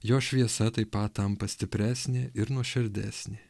jo šviesa taip pat tampa stipresnė ir nuoširdesnė